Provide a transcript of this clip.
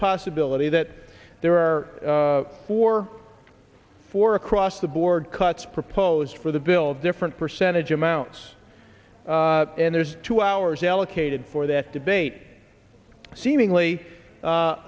possibility that there are four four across the board cuts proposed for the bill different percentage amounts and there's two hours allocated for that debate seemingly